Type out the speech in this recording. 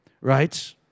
right